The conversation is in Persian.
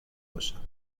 باشم